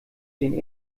den